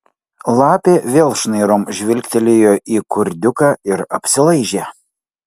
lapė vėl šnairom žvilgtelėjo į kurdiuką ir apsilaižė